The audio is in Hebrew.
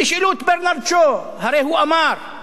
תשאלו את ברנרד שו, הרי הוא אמר: